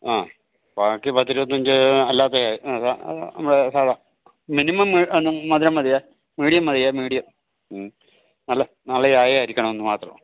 ആ ബാക്കി പത്തിരുപത്തഞ്ച് അല്ലാത്ത ചായ ആ അതാ അതാ നമ്മുടെ സാധാ മിനിമം മധുരം മതിയേ മീഡിയം മതിയേ മീഡിയം ഉം നല്ല നല്ല ചായ ആയിരിക്കണമെന്ന് മാത്രം